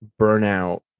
burnout